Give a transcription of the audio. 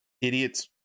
idiot's